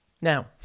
Now